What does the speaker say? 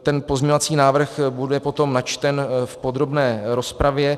Tento pozměňovací návrh bude potom načten v podrobné rozpravě.